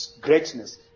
greatness